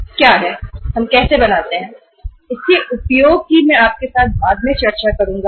यह क्या है और हम इसका उपयोग कैसे करते हैं इसके बारे में हम बाद में चर्चा करेंगे